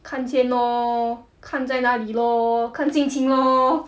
看先 lor 看在哪里 lor 看心情 lor